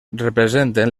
representen